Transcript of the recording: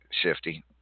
Shifty